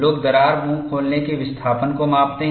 लोग दरार मुंह खोलने के विस्थापन को मापते हैं